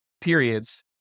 periods